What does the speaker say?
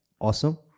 awesome